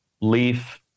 leaf